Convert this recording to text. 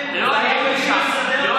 אקטיבי, זה היה מביך לראות.